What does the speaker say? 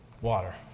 water